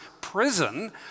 prison